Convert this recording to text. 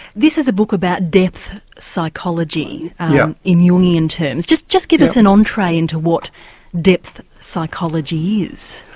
this is a book about depth psychology in jungian terms just just give us an entree into what depth psychology is?